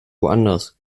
woanders